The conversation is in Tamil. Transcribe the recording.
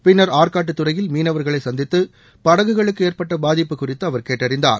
பின்னா் ஆற்காட்டுத் துறையில் மீனவா்களைசந்தித்துபடகுகளுக்குஏற்பட்டபாதிப்பு குறித்துஅவா் கேட்டறிந்தார்